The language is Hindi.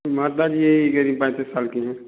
माता जी मेरी पैंतीस साल की हैं